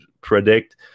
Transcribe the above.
predict